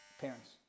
parents